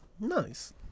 Nice